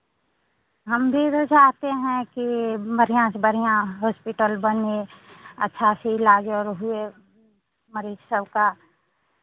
हम भी तो चाहते हें की बढ़ियाँ से बढ़ियाँ हॉस्पिटल बने अच्छा से ये लगे और हुए मरीज सबका